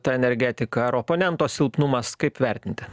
ta energetika ar oponento silpnumas kaip vertinti